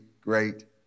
great